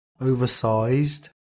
oversized